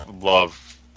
love